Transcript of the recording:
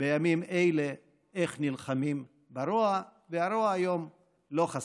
בימים אלה, איך נלחמים ברוע, ורוע היום לא חסר.